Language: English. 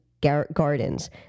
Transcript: Gardens